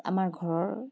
আমাৰ ঘৰৰ